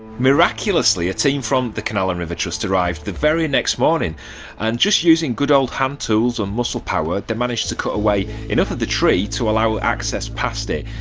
miraculously a team from the canal and river trust arrived the very next morning and just using good old hand tools and muscle power, they managed to cut away enough of the tree to allow access past it,